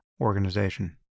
organization